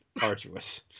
arduous